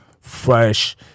fresh